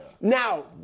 Now